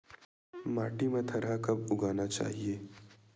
माटी मा थरहा कब उगाना चाहिए?